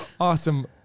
Awesome